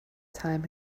time